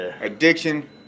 Addiction